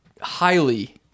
highly